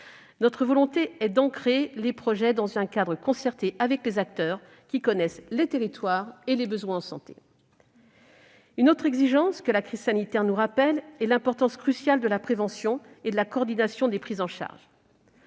notre volonté est aussi d'ancrer les projets dans un cadre concerté avec les acteurs qui connaissent les territoires et les besoins en santé. Ensuite, la crise sanitaire nous rappelle le rôle crucial de la prévention et de la coordination des prises en charge.